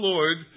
Lord